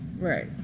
Right